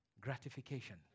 gratification